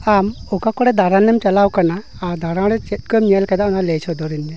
ᱟᱢ ᱚᱠᱟᱠᱚᱨᱮ ᱫᱟᱬᱟᱱᱮᱢ ᱪᱟᱞᱟᱣ ᱟᱠᱟᱱᱟ ᱟᱨ ᱫᱟᱬᱟᱱᱨᱮ ᱪᱮᱫᱠᱚᱢ ᱧᱮᱞ ᱟᱠᱟᱫᱟ ᱚᱱᱟᱠᱚ ᱞᱟᱹᱭ ᱥᱚᱫᱚᱨᱟᱹᱧ ᱢᱮ